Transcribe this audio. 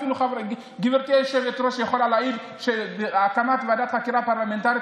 אפילו גברתי היושבת-ראש יכולה להעיד שהקמת ועדת חקירה פרלמנטרית